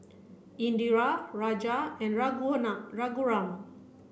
Indira Raja and Raghuram